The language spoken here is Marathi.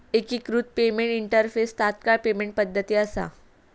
एकिकृत पेमेंट इंटरफेस तात्काळ पेमेंट पद्धती असा